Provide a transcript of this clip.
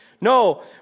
No